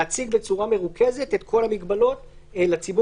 להציג בצורה מרוכזת את כל המגבלות לציבור.